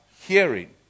Hearing